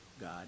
God